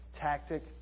tactic